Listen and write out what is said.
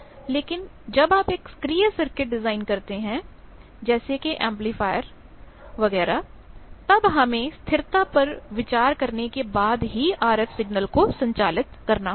लेकिन जब आप एक सक्रिय सर्किट डिजाइन करते हैं जैसे कि एंपलीफायर वगैरह तब हमें स्थिरता पर विचार करने के बाद ही आरएफ सिग्नल को संचालित करना होता है